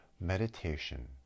meditation